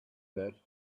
that